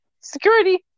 Security